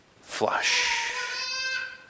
Flush